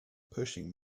pushing